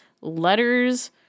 letters